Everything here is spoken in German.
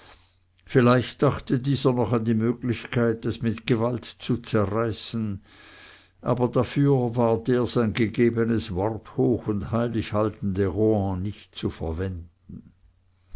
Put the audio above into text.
vielleicht dachte dieser noch an die möglichkeit es mit gewalt zu zerreißen aber dafür war der sein gegebenes wort hoch und heilig haltende rohan nicht zu verwenden